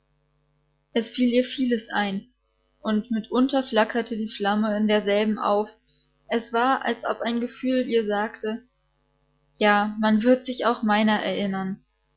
es fiel ihr vieles ein und mitunter flackerte die flamme in derselben auf es war als ob ein gefühl ihr sagte ja man wird sich auch meiner erinnern